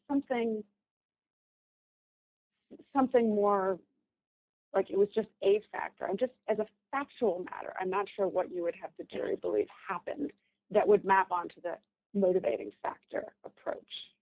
something something more like it was just a fact i'm just as a factual matter i'm not sure what you would have to believe happened that would map on to the motivating factor approach